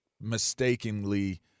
mistakenly